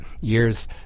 years